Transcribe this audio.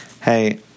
hey